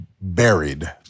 buried